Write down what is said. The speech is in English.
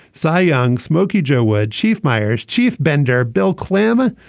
cy young. smokey joe wood. chief myers. chief bender. bill clemma.